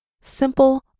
simple